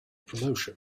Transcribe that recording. promotion